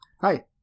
Hi